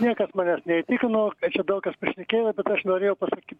niekas manęs neįtikino kad čia daug kas pašnekėjo bet aš norėjau pasakyt